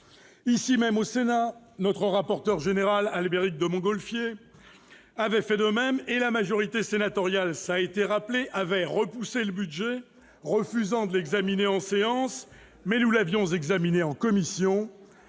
Ici même, au Sénat, notre rapporteur général, Albéric de Montgolfier, avait fait de même et la majorité sénatoriale avait repoussé ce budget, refusant de l'examiner en séance-mais pas en commission